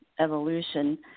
evolution